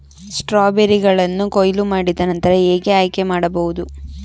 ಸ್ಟ್ರಾಬೆರಿಗಳನ್ನು ಕೊಯ್ಲು ಮಾಡಿದ ನಂತರ ಹೇಗೆ ಆಯ್ಕೆ ಮಾಡಬಹುದು?